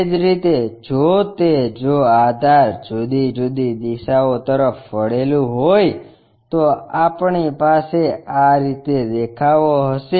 એ જ રીતે જો તે જો આધાર જુદી જુદી દિશાઓ તરફ વળેલું હોય તો આપણી પાસે આ રીતે દેખાવો હશે